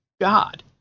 god